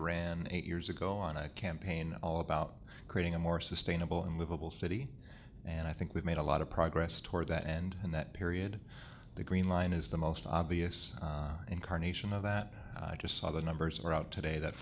ran eight years ago on a campaign all about creating a more sustainable and livable city and i think we've made a lot of progress toward that and in that period the green line is the most obvious incarnation of that i just saw the numbers were out today that